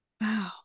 Wow